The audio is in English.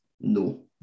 No